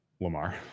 Lamar